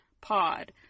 POD